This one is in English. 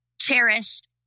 cherished